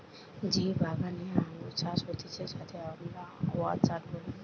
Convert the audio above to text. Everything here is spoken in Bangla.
যেই বাগানে আঙ্গুর চাষ হতিছে যাতে আমরা অর্চার্ড বলি